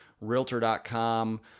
realtor.com